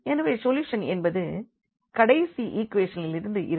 எனவே சொல்யூஷன் என்பது கடைசி ஈக்குவேஷனிலிருந்து இருக்கும்